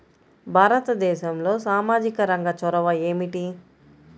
భారతదేశంలో సామాజిక రంగ చొరవ ఏమిటి?